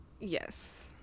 Yes